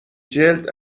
جلد